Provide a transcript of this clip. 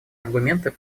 аргументы